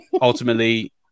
ultimately